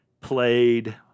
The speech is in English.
played